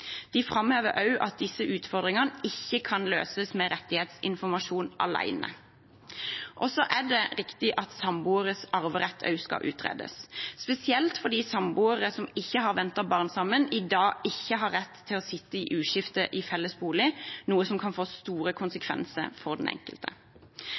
De framhever også at disse utfordringene ikke kan løses med rettighetsinformasjon alene. Det er riktig at samboeres arverett også skal utredes, spesielt fordi de samboerne som ikke har barn sammen, i dag ikke har rett til å sitte i uskifte i felles bolig, noe som kan få store